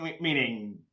meaning